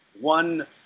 one